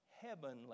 heavenly